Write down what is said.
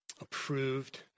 approved